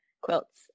quilts